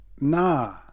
nah